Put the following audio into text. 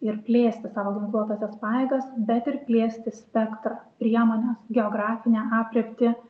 ir plėsti savo ginkluotąsias pajėgas bet ir plėsti spektrą priemones geografinę aprėptį